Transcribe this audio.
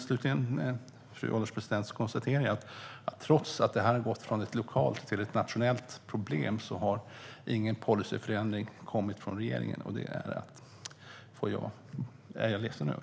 Slutligen, fru ålderspresident, konstaterar jag att trots att det här har gått från att vara ett lokalt till ett nationellt problem har ingen policyförändring kommit från regeringen, och det är jag ledsen över.